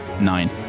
Nine